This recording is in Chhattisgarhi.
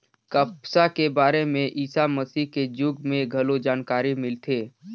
कपसा के बारे में ईसा मसीह के जुग में घलो जानकारी मिलथे